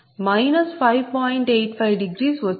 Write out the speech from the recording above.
85 వచ్చింది